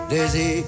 Daisy